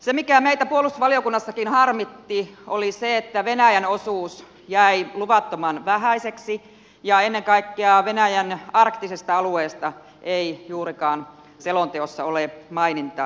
se mikä meitä puolustusvaliokunnassakin harmitti oli se että venäjän osuus jäi luvattoman vähäiseksi ja ennen kaikkea venäjän arktisesta alueesta ei juurikaan selonteossa ole mainintaa